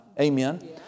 Amen